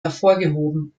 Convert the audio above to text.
hervorgehoben